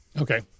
Okay